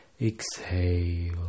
Exhale